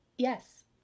yes